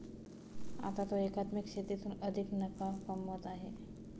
आता तो एकात्मिक शेतीतून अधिक नफा कमवत आहे